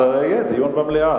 אז יהיה דיון במליאה.